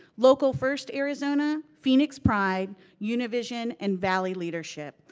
local first arizona, phoenix pride, univision, and valley leadership.